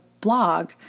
blog